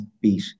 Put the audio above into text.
beat